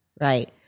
Right